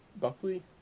Buckley